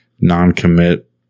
non-commit